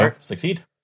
succeed